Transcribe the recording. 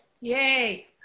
Yay